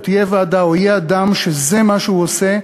תהיה ועדה או יהיה אדם שזה מה שהוא עושה,